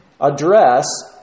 address